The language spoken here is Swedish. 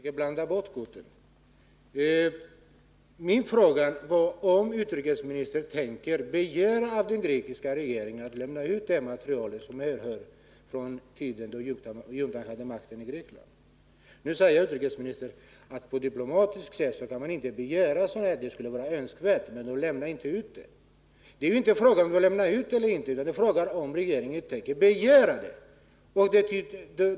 Fru talman! Nu tror jag att utrikesministern försöker blanda bort korten. Min fråga var om utrikesministern tänker begära att den grekiska regeringen lämnar ut det material som härrör från tiden då juntan hade makten i Grekland. Utrikesministern säger att man på diplomatisk väg inte kan begära att få ta del av dessa handlingar — det skulle vara önskvärt, men de kommer inte att lämnas ut. Men det är inte detta frågan gäller, den gäller om regeringen tänker begära att de lämnas ut.